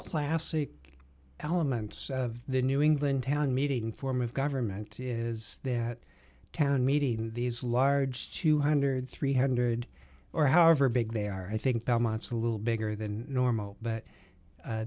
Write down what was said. classic elements of the new england town meeting form of government is that town meeting these large twenty thousand three hundred or however big they are i think belmont's a little bigger than normal but